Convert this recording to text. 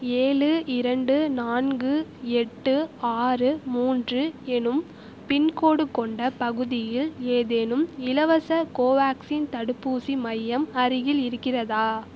ஏழு இரண்டு நான்கு எட்டு ஆறு மூன்று எனும் பின்கோட் கொண்ட பகுதியில் ஏதேனும் இலவச கோவேக்சின் தடுப்பூசி மையம் அருகில் இருக்கிறதா